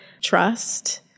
trust